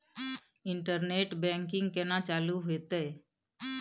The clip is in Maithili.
इंटरनेट बैंकिंग केना चालू हेते?